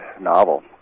novel